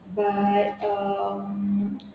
but um